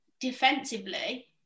defensively